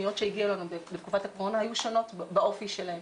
הפניות שהגיעו אלינו בתקופת הקורונה היו שונות באופי שלהן.